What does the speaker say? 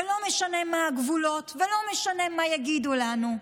ולא משנה מה הגבולות, ולא משנה מה יגידו לנו,